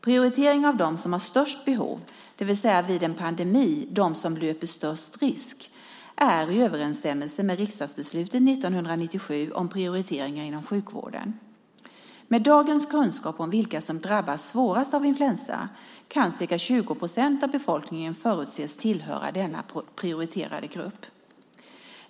Prioriteringen av dem som har störst behov, det vill säga vid en pandemi de som löper störst risk, är i överensstämmelse med riksdagsbeslutet 1997 om prioriteringar inom sjukvården. Med dagens kunskap om vilka som drabbas svårast av influensa kan ca 20 procent av befolkningen förutses tillhöra denna prioriterade grupp.